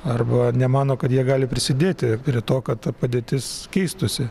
arba nemano kad jie gali prisidėti prie to kad ta padėtis keistųsi